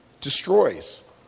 destroys